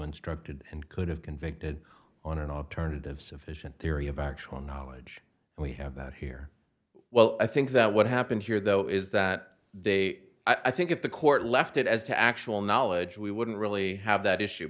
instructed and could have convicted on an alternative sufficient theory of actual knowledge and we have that here well i think that what happened here though is that they i think if the court left it as to actual knowledge we wouldn't really have that issue